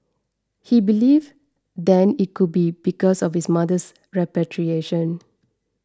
he believed then it could be because of his mother's repatriation